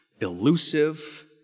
elusive